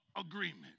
agreement